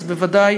אז בוודאי